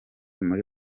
muri